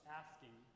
asking